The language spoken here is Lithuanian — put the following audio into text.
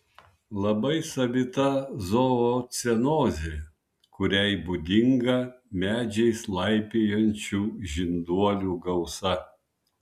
labai savita zoocenozė kuriai būdinga medžiais laipiojančių žinduolių gausa